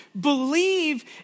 believe